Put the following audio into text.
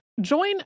Join